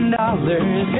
dollars